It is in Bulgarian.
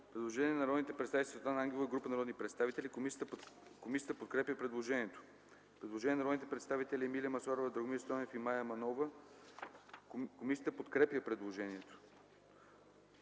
предложение на народните представители Светлана Ангелова и група народни представители. Комисията подкрепя предложението. Предложение на народните представители Емилия Масларова, Драгомир Стойнев и Мая Манолова. Комисията подкрепя предложението.